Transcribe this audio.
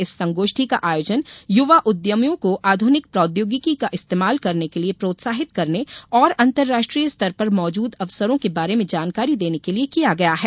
इस संगोष्ठी का आयोजन युवा उद्यभियों को आधुनिक प्रौद्योगिकी का इस्तेमाल करने के लिए प्रोत्साहित करने और अंतराष्ट्रीय स्तर पर मौजूद अवसरों के बारे में जानकारी देने के लिए किया गया है